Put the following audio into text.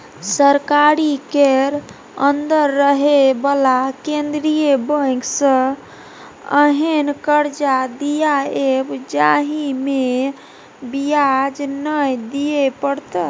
सरकारी केर अंदर रहे बला केंद्रीय बैंक सँ एहेन कर्जा दियाएब जाहिमे ब्याज नै दिए परतै